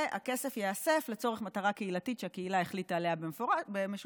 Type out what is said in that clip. והכסף ייאסף לצורך מטרה קהילתית שהקהילה החליטה עליה במשותף.